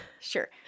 sure